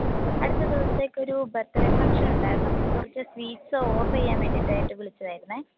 അടുത്ത ദിവസത്തേക്കൊരു ബർത്ത്ഡേ ഫംഗ്ഷനുണ്ടായിരുന്നു അപ്പം കുറച്ച് സ്വീറ്റ്സ് ഓർഡർ ചെയ്യാൻ വേണ്ടിയിട്ടായിട്ട് വിളിച്ചതായിരുന്നു